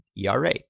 ERA